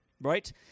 Right